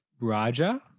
Raja